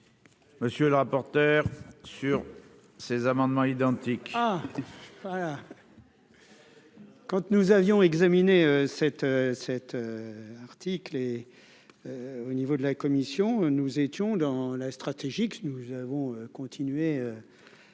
monsieur le rapporteur sur ces amendements identiques. Quand nous avions examiné cet cet article et au niveau de la commission, nous étions dans la stratégie que nous avons continué